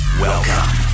Welcome